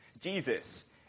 Jesus